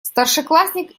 старшеклассник